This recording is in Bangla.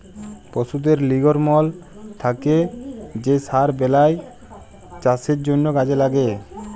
পশুদের লির্গমল থ্যাকে যে সার বেলায় চাষের জ্যনহে কাজে ল্যাগে